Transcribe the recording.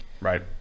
Right